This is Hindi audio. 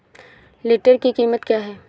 टिलर की कीमत क्या है?